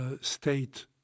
state